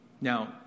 Now